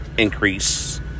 increase